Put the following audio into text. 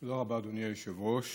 תודה רבה, אדוני היושב-ראש.